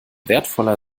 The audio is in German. wertvoller